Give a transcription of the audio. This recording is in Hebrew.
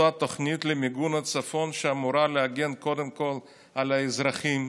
תוכנית למיגון הצפון שאמורה להגן קודם כול על האזרחים,